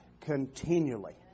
continually